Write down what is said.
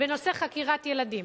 בנושא חקירת ילדים.